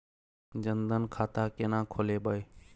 जनधन खाता केना खोलेबे?